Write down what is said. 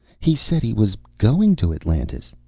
he said he was going to atlantis.